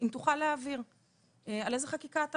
על הצרכים,